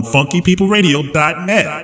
FunkyPeopleRadio.net